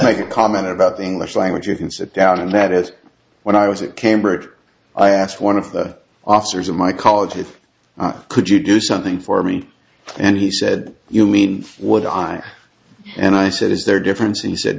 make a comment about the english language you can sit down and that is when i was at cambridge i asked one of the officers of my college if could you do something for me and he said you mean what i and i said is there a difference and he said